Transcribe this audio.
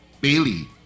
bailey